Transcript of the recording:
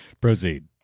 Proceed